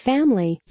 Family